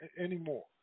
anymore